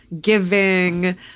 giving